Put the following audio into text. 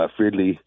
Fridley